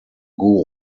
guru